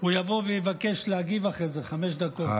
הוא יבוא ויבקש להגיב אחרי זה חמש דקות.